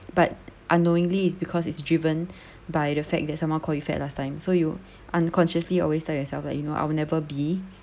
but unknowingly is because it's driven by the fact that someone called you fat last time so you unconsciously always tell yourself like you know I'll never be